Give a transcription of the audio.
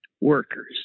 workers